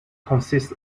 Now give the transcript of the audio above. consist